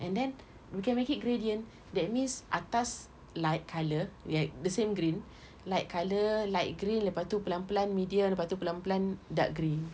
and then we can make it gradient that means atas light colour like the same green light colour light green lepastu pelan pelan medium lepastu pelan pelan dark green